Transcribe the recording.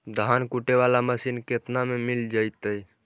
धान कुटे बाला मशीन केतना में मिल जइतै?